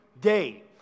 day